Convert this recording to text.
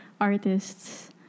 artists